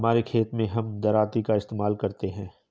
हमारे खेत मैं हम दरांती का इस्तेमाल करते हैं